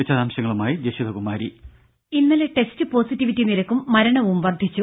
വിശദാംശങ്ങളുമായി ജഷിത കുമാരി രുര ഇന്നലെ ടെസ്റ്റ് പോസിറ്റിവിറ്റി നിരക്കും മരണവും വർധിച്ചു